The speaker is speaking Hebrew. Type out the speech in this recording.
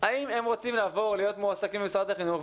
האם הם רוצים לבוא להיות מועסקים במשרד החינוך,